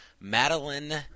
Madeline